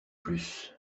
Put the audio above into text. plus